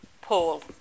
Paul